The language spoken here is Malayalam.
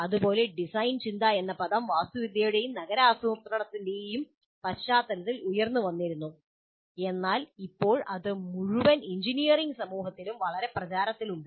അതുപോലെ ഡിസൈൻ ചിന്ത എന്ന പദം വാസ്തുവിദ്യയുടെയും നഗര ആസൂത്രണത്തിന്റെയും പശ്ചാത്തലത്തിൽ ഉയർന്നുവന്നിരുന്നു എന്നാൽ ഇപ്പോൾ ഇത് മുഴുവൻ എഞ്ചിനീയറിംഗ് സമൂഹത്തിലും വളരെ പ്രചാരത്തിലുണ്ട്